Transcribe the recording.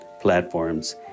platforms